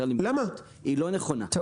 על המקדמות היא לא נכונה --- למה?